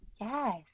Yes